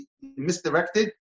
misdirected